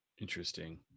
Interesting